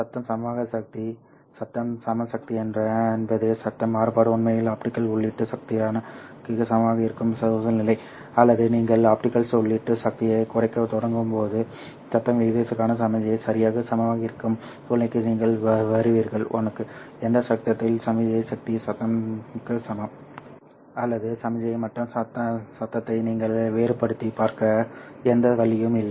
சத்தம் சமமான சக்தி சத்தம் சம சக்தி என்பது சத்தம் மாறுபாடு உண்மையில் ஆப்டிகல் உள்ளீட்டு சக்திக்கு சமமாக இருக்கும் சூழ்நிலை அல்லது நீங்கள் ஆப்டிகல் உள்ளீட்டு சக்தியைக் குறைக்கத் தொடங்கும்போது சத்தம் விகிதத்திற்கான சமிக்ஞை சரியாக சமமாக இருக்கும் சூழ்நிலைக்கு நீங்கள் வருவீர்கள் 1 க்கு எந்த கட்டத்தில் சமிக்ஞை சக்தி சத்தம் சக்திக்கு சமம் அல்லது சமிக்ஞை மற்றும் சத்தத்தை நீங்கள் வேறுபடுத்திப் பார்க்க எந்த வழியும் இல்லை